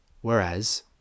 whereas